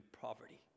poverty